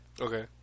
Okay